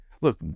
Look